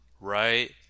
right